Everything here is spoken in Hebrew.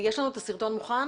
יוקרן סרטון מהימים האחרונים